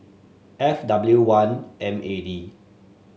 F W one M A D